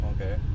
Okay